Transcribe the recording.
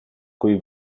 coi